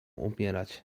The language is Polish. umierać